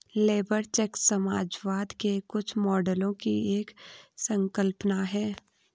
labour check समाजवाद के कुछ मॉडलों की एक संकल्पना है